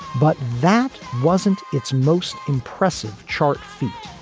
but that wasn't its most impressive chart feat.